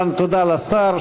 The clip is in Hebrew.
תודה לשר.